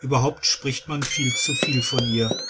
überhaupt spricht man viel zu viel von ihr